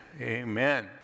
amen